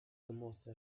commença